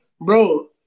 Bro